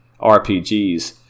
rpgs